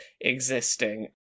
existing